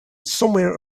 somewhere